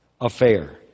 affair